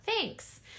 Thanks